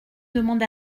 demande